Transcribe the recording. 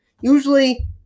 Usually